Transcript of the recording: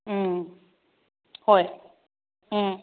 ꯎꯝ ꯍꯣꯏ ꯎꯝ